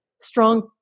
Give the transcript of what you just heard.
strong